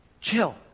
Chill